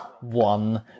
one